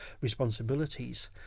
responsibilities